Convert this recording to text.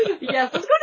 Yes